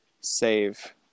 save